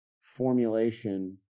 formulation